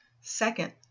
Second